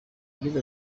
yagize